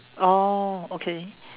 oh okay